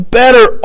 better